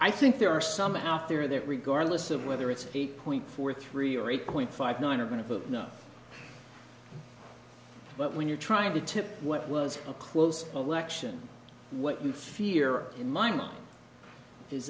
i think there are some out there that regardless of whether it's eight point four three or eight point five nine are going to vote no but when you're trying to tip what was a close election what you fear in my mind is